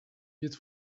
wird